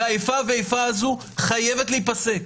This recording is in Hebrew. האיפה ואיפה הזאת חייבת להיפסק.